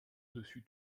dessus